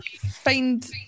find